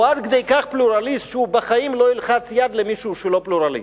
הוא עד כדי כך פלורליסט שהוא בחיים לא ילחץ יד למישהו שהוא לא פלורליסט.